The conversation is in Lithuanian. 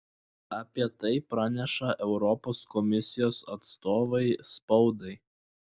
apie tai praneša europos komisijos atstovai spaudai